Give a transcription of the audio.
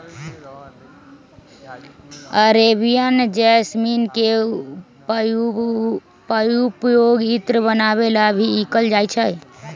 Arabian jasmine के पउपयोग इत्र बनावे ला भी कइल जाहई